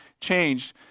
changed